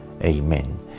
Amen